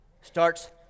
Starts